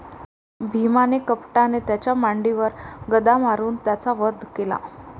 भीमाने कपटाने त्याच्या मांडीवर गदा मारून त्याचा वध केला